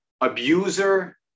abuser